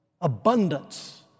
Abundance